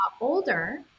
older